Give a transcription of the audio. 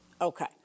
Okay